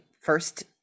first